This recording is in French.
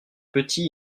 petit